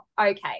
okay